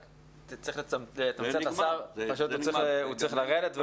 אתה צריך לתמצת, השר צריך לרדת.